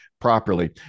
Properly